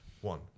One